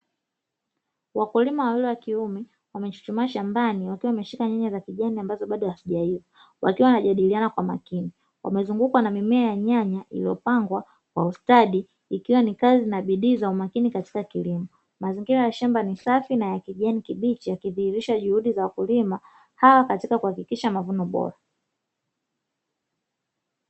Wakulima wawili wa kiume, wamechuchumaa shambani wakiwa wameshika nyanya za kijani ambazo bado hazijaiva, wakiwa wanajadiliana kwa makini, wamezungukwa na mimea ya nyanya iliyopangwa kwa ustadi, ikiwa ni kazi na bidii za umakini katika kilimo. Mazingira ya shamba ni safi na ya kijani kibichi, yakidhihirisha juhudi za wakulima hawa katika kuhakikisha mavuno bora.